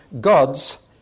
God's